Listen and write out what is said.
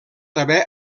haver